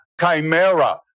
Chimera